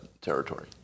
territory